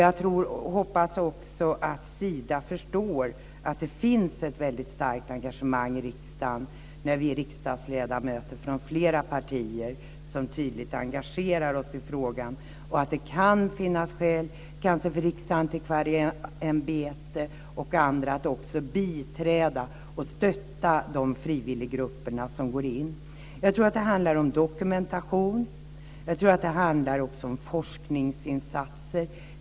Jag hoppas också att Sida förstår att det finns ett väldigt starkt engagemang i riksdagen när vi riksdagsledamöter från flera partier tydligt engagerar oss i frågan och att det kan finnas skäl kanske för Riksantikvarieämbetet och andra att också biträda och stötta de frivilliggrupper som går in. Jag tror att det handlar om dokumentation. Jag tror också att det handlar om forskningsinsatser.